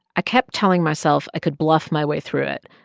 i kept telling myself i could bluff my way through it.